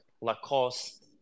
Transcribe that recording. Lacoste